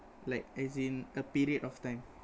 like as in a period of time